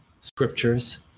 scriptures